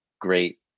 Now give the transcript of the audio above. great